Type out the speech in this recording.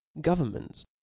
governments